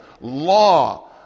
law